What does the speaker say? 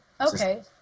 Okay